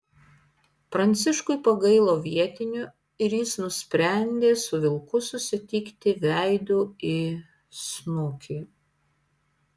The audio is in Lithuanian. pranciškui pagailo vietinių ir jis nusprendė su vilku susitikti veidu į snukį